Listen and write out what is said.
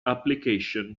application